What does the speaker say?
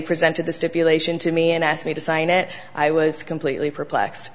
presented the stipulation to me and asked me to sign it i was completely perplexed